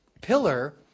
pillar